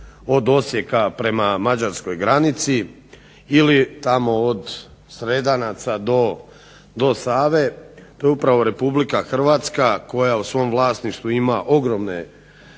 od Osijeka prema Mađarskoj granici, ili tamo od Sredanaca do Save, to je upravo Republika Hrvatska koja u svom vlasništvu ima ogromne